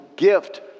gift